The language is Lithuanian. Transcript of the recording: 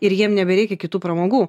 ir jiem nebereikia kitų pramogų